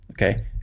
Okay